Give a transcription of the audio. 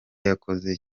yakoze